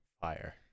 fire